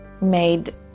made